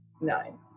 nine